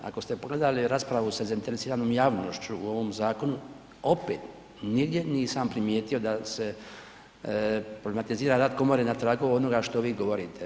Ako ste pogledali raspravu sa zainteresiranom javnošću u ovom zakonu, opet nigdje nisam primijetio da se problematizira rad komore na tragu onoga što vi govorite.